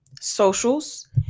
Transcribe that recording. socials